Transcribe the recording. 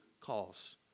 calls